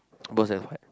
both sec five